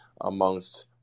amongst